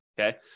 okay